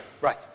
Right